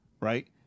right